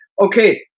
Okay